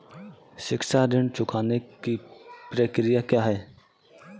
शिक्षा ऋण चुकाने की प्रक्रिया क्या है?